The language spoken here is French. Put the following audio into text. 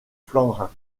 flandrin